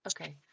okay